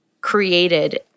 created